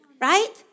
Right